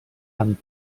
amb